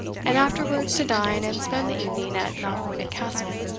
and afterwards to dine and spend the evening at knockwinnock castle.